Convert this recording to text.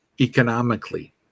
economically